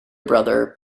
brother